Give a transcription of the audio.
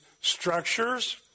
structures